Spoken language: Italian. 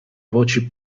voci